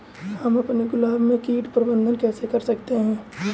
हम अपने गुलाब में कीट प्रबंधन कैसे कर सकते है?